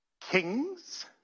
kings